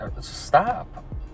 stop